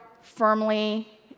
firmly